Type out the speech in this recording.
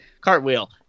cartwheel